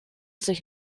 sich